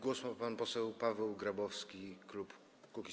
Głos ma pan poseł Paweł Grabowski, klub Kukiz’15.